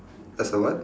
there's a what